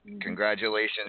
congratulations